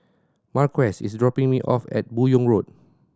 Marquez is dropping me off at Buyong Road